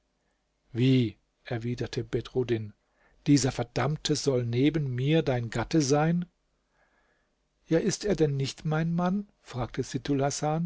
wie erwiderte bedruddin dieser verdammte soll neben mir dein gatte sein ja ist er denn nicht mein mann fragte